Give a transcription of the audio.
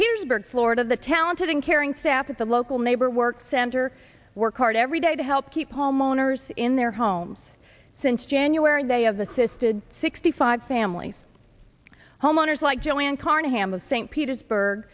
petersburg florida the talented and caring staff at the local neighbor works center work hard every day to help keep homeowners in their homes since january they have the sisted sixty five families homeowners like joanne carnahan of st petersburg